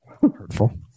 Hurtful